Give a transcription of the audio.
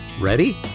Ready